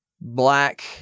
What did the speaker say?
black